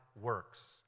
works